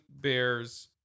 bears